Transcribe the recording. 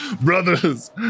brothers